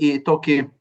į tokį